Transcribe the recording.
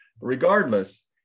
Regardless